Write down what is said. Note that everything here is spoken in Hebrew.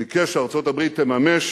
ביקש שארצות-הברית תממש